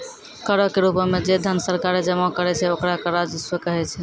करो के रूपो मे जे धन सरकारें जमा करै छै ओकरा कर राजस्व कहै छै